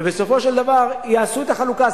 ובסופו של דבר יעשו את החלוקה.